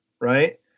right